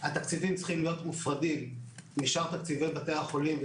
התקציבים צריכים להיות מופרדים משאר תקציבי בתי החולים,